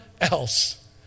else